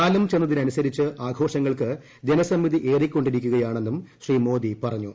കാലം ചെന്നതിനനുസരിച്ച് ആഘോഷങ്ങൾക്ക് ജനസമ്മതി ഏറിക്കൊണ്ടിരിക്കുകയാണെന്നും ശ്രീ മോദി പറഞ്ഞു